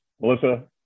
Melissa